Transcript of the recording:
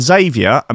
Xavier